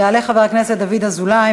יעלה חבר הכנסת דוד אזולאי.